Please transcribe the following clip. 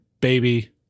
baby